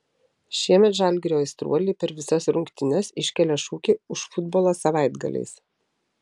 šiemet žalgirio aistruoliai per visas rungtynes iškelia šūkį už futbolą savaitgaliais